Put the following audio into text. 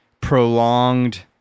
prolonged